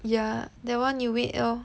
yah that one you wait lor